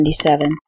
1977